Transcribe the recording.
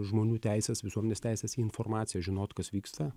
žmonių teises visuomenės teises į informaciją žinot kas vyksta